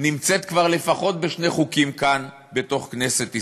נמצאת כבר לפחות בשני חוקים שנתקבלו כאן בכנסת ישראל: